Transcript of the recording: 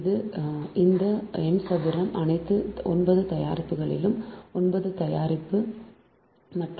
எனவே இந்த n சதுரம் அனைத்து 9 தயாரிப்புகளிலும் 9 தயாரிப்பு மற்றும் n 3